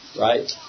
right